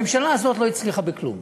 הממשלה הזאת לא הצליחה בכלום.